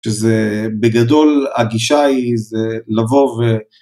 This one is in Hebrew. שזה בגדול הגישה היא זה לבוא ו...